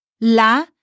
La